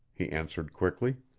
he answered quickly.